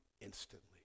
instantly